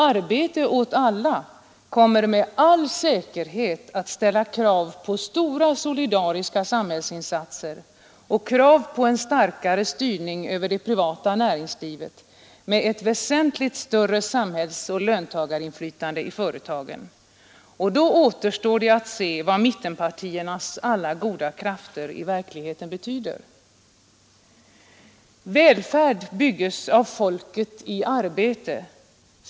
”Arbete åt alla” kommer med all säkerhet att ställa krav på stora solidariska samhällsinsatser och krav på en starkare styrning över det privata näringslivet med ett väsentligt större samhällsoch löntagarinflytande i företagen. Då återstår att se vad mittenpartiernas ”alla goda krafter” i verkligheten betyder. ”Välfärd bygges av folket i arbete.